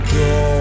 go